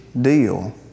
deal